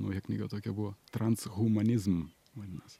nauja knyga tokia buvo transhumanizm vadinas